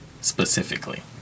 specifically